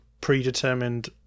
predetermined